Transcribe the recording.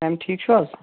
میٚم ٹھیٖک چھِو حظ